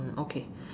okay